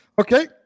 Okay